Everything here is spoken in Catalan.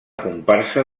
comparsa